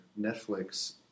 Netflix